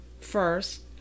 First